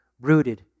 rooted